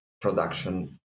production